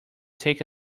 take